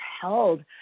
held